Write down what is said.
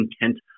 intent